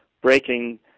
breaking